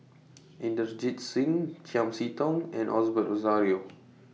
Inderjit Singh Chiam See Tong and Osbert Rozario